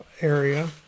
area